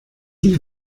die